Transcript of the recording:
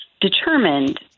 determined